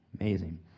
Amazing